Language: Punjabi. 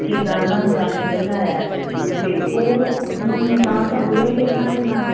ਕਿੱਦਾਂ ਉਹਨਾਂ ਨੂੰ ਰਾਸ਼ਨ ਪਹੁੰਚਾਇਆ ਅਤੇ ਉਹ ਉਹਨਾਂ ਨੁਕਸਾਨ ਤਾਂ ਹੋਇਆ ਹੀ ਇਹਨਾਂ ਦੇ ਨਾਲ